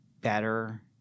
better